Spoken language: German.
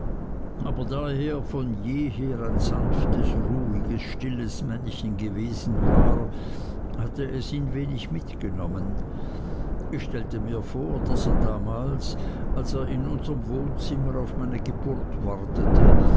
aber da er von jeher ein sanftes ruhiges stilles männchen gewesen war hatte es ihn wenig mitgenommen ich stellte mir vor daß er damals als er in unserm wohnzimmer auf meine geburt wartete